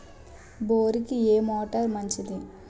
బోరుకి ఏ మోటారు మంచిది?